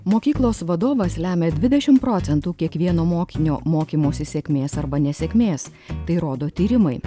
mokyklos vadovas lemia dvidešimt procentų kiekvieno mokinio mokymosi sėkmės arba nesėkmės tai rodo tyrimai